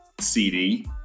CD